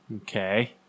Okay